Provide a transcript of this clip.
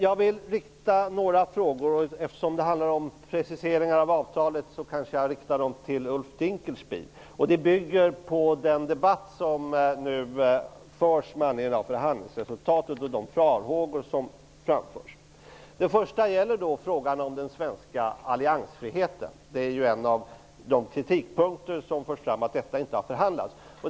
Jag vill rikta några frågor till Ulf Dinkelspiel, eftersom de handlar om preciseringar av avtalet. Frågorna bygger på den debatt som nu förs med anledning av förhandlingsresultatet och de farhågor som framförs. Den första frågan gäller den svenska alliansfriheten. En av de kritikpunkter som har framförts är att denna fråga inte har förhandlats.